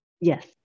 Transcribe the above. Yes